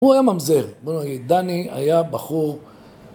הוא היה ממזר, בוא נגיד, דני היה בחור